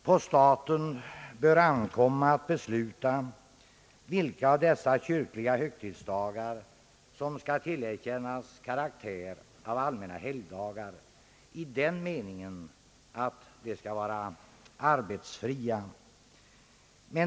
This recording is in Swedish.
På staten bör ankomma att besluta vilka av dessa kyrkliga högtidsdagar som skall tillerkännas karaktär av allmänna helgdagar i den meningen att de skall vara i princip arbetsfria.